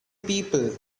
people